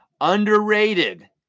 underrated